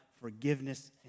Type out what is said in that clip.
forgiveness